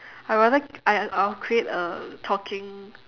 I'd rather I I I'll create a talking